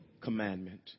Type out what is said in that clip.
commandment